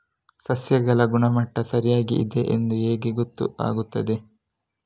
ಸಸ್ಯಗಳ ಗುಣಮಟ್ಟ ಸರಿಯಾಗಿ ಇದೆ ಎಂದು ಹೇಗೆ ಗೊತ್ತು ಆಗುತ್ತದೆ?